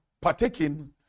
partaking